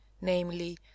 namely